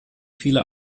viele